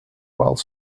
while